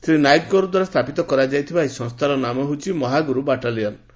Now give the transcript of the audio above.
ଶ୍ରୀ ନାୟକଙ୍କ ଦ୍ୱାରା ସ୍ରାପିତ କରାଯାଇଥିବା ଏହି ସଂସ୍ଚାର ନାମ ହେଉଛି 'ମହାଗୁରୁ ବାଟାଲିୟନ୍'